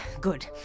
good